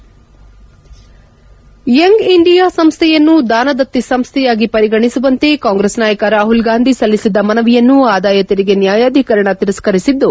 Young India ಸಂಸ್ಥೆಯನ್ನು ದಾನದತ್ತಿ ಸಂಸ್ಥೆಯಾಗಿ ಪರಿಗಣಿಸುವಂತೆ ಕಾಂಗ್ರೆಸ್ ನಾಯಕ ರಾಹುಲ್ ಗಾಂಧಿ ಸಲ್ಲಿಸಿದ್ದ ಮನವಿಯನ್ನು ಆದಾಯ ತೆರಿಗೆ ನ್ವಾಯಾಧಿಕರಣ ತಿರಸ್ಕರಿಸಿದ್ದು